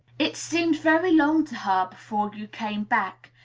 it seemed very long her before you came back,